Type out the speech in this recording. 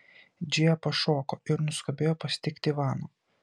džėja pašoko ir nuskubėjo pasitikti ivano